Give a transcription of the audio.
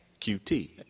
QT